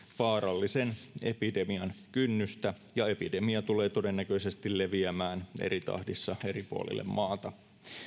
vaarallisen epidemian kynnystä ja epidemia tulee todennäköisesti leviämään eri tahdissa eri puolille maata